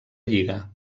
lliga